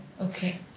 Okay